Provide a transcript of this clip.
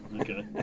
okay